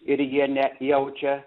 ir jie ne jaučia